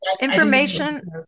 Information